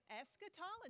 eschatology